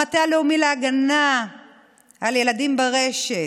המטה הלאומי להגנה על ילדים ברשת,